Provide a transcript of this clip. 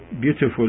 beautiful